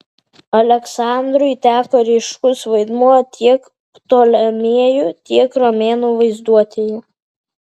aleksandrui teko ryškus vaidmuo tiek ptolemėjų tiek romėnų vaizduotėje